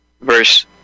verse